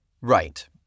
Right